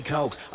Coke